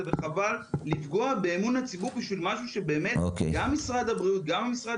חבל לפגוע באמון הציבור במשהו שגם משרד הבריאות וגם המשרד